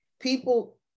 People